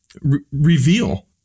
reveal